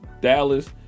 Dallas